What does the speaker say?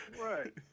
right